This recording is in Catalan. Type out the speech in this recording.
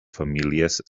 famílies